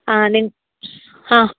ആ നിങ്ങൾ ആ